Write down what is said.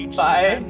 bye